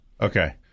Okay